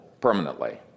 permanently